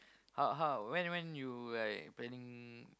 how how when when you like planning